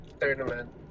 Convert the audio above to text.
tournament